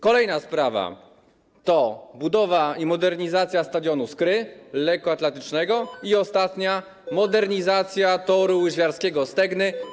Kolejna sprawa to budowa i modernizacja stadionu Skra, lekkoatletycznego, i, ostatnia, modernizacja toru łyżwiarskiego Stegny.